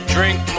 Drink